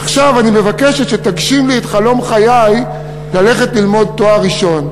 עכשיו אני מבקשת שתגשים לי את חלום חיי ללכת ללמוד תואר ראשון.